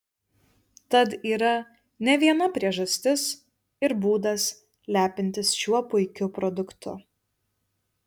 tad yra ne viena priežastis ir būdas lepintis šiuo puikiu produktu